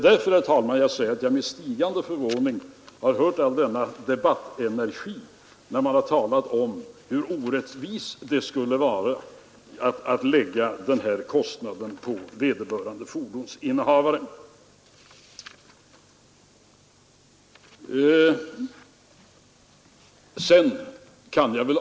Därför, herr talman, vill jag framhålla att det är med stigande förvåning jag har noterat all denna debattenergi, när man talat om hur orättvist det skulle vara att lägga denna kostnad på vederbörande fordonsinnehavare.